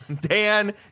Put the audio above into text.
dan